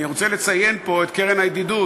אני רוצה לציין פה את הקרן לידידות,